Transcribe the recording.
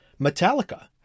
Metallica